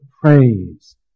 praise